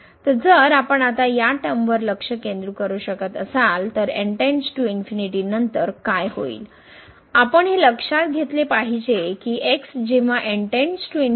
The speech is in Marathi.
तर जर आपण आता या टर्मवर लक्ष केंद्रित करू शकत असाल तर नंतर काय होईल आपण हे लक्षात घेतले पाहिजे की x जेव्हा n →∞